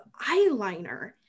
eyeliner